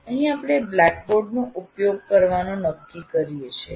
અહીં આપણે બ્લેકબોર્ડનો ઉપયોગ કરવાનું નક્કી કરીએ છીએ